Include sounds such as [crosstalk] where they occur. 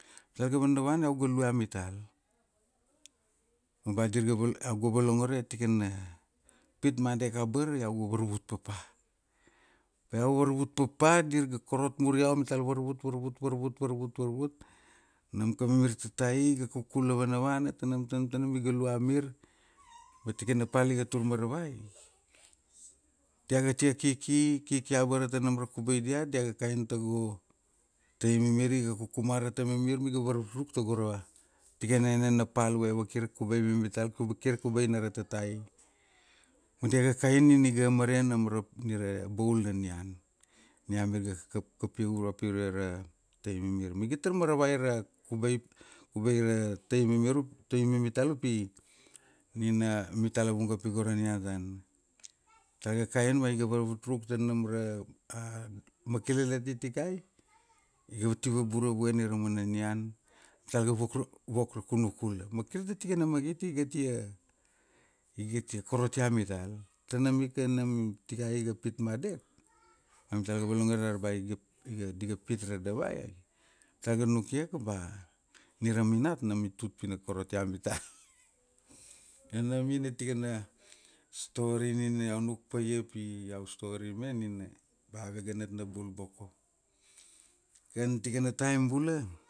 Mital ga vanavana iau ga lue amital. Ma ba dir ga valo, iau ga volongore tikana, pit ma dek abara, iau ga varvut papa. Ba iau varvut papa dirga korot mur iau. Mital varvut, varvut, varvut, varvut, varvut, varvut varvut, nam kamamir tatai iga kukula vanavana tanam tanam tanam iga lue amir, ma tikana pal iga tur maravai, diaga tia kiki, kiki abara tanam ra kubai diat, dia ga kaian tago, tai mamir iga kukumara` tamamir ma iga varvut ruk tago ra, tikana enena pal ve vakir kubai mamital, vakir kubai na ra tati. Ma diaga kaian nam iga amare nam ra, ni ra boul na nian. Ni amir ga kap kapia uro pire ra, tai mamir. Ma iga tar maravi ra kubai, kubai ra tai mamir up, tai mamital upi, nina amitalala vung kapi go ra nian tama. Tal ga kaian ba iga varvut ruk tanam ra, a makilalati tikai, io ti vabura vue ni ra mana nian, mital ga vok ra, vok ra kunukula. Makir tatikana magit i gatia, igatia korotia mital. Tanam ika nam, tikai iga pit ma dek, amital ga volongore dar ba ip, iga, diga pit ra davai, amital ga nukia ka ba, ni ra minat nam i tut pina korotia mital. [noise] Io nam nina tikana story nina iau nuk paia pi iau story me nina ba avega natnabul boko. Kan tikana taim bula,